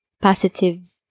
Positive